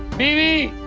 me.